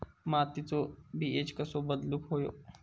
मातीचो पी.एच कसो बदलुक होयो?